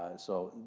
and so,